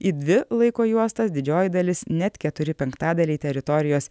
į dvi laiko juostas didžioji dalis net keturi penktadaliai teritorijos